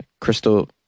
Crystal